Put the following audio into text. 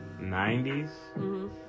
90s